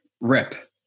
Rip